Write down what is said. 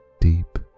deep